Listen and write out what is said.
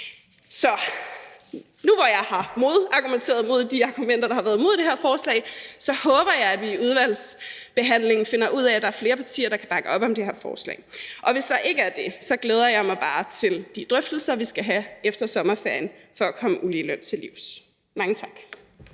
Så nu hvor jeg har argumenteret mod de argumenter, der har været mod det her forslag, håber jeg, at vi i udvalgsbehandlingen finder ud af, at der er flere partier, der kan bakke op om det her forslag. Og hvis der ikke er det, glæder jeg mig bare til de drøftelser, vi skal have efter sommerferien, for at komme uligeløn til livs. Mange tak.